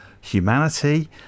humanity